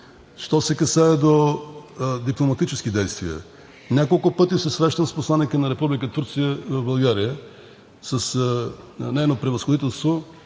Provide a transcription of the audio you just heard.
Що се касае до дипломатически действия, няколко пъти се срещах с посланика на Република Турция в България. С Нейно превъзходителство